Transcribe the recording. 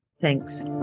Thanks